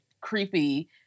creepy